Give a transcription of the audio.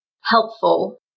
helpful